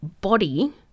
body